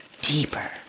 deeper